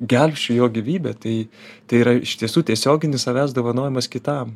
gelbsčiu jo gyvybę tai tai yra iš tiesų tiesioginis savęs dovanojimas kitam